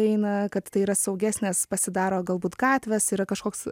eina kad tai yra saugesnės pasidaro galbūt gatvės yra kažkoks